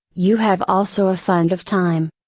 you have also a fund of time.